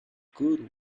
good